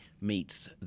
meets